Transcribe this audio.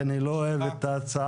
כן, היא לא אוהבת את ההצעה.